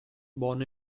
born